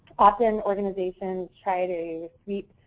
often organizations try to